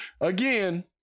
again